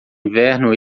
inverno